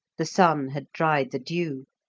the sun had dried the dew,